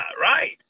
right